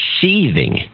seething